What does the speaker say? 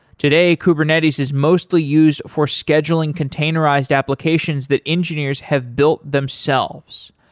today, kubernetes is mostly used for scheduling containerized applications that engineers have built themselves,